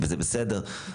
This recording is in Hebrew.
וזה בסדר.